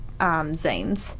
zines